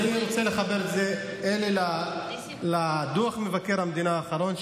אני מנסה לחבר את זה לדוח מבקר המדינה האחרון,